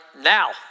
now